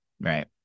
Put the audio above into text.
right